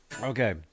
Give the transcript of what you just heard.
Okay